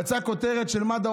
יצאה כותרת של מד"א,